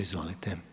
Izvolite.